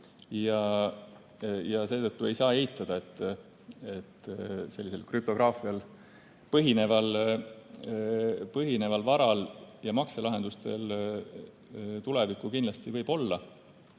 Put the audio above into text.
Seetõttu ei saa eitada, et krüptograafial põhineval varal ja makselahendustel tulevikku kindlasti võib olla.